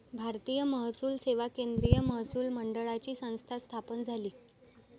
भारतीय महसूल सेवा केंद्रीय महसूल मंडळाची संस्था स्थापन झाली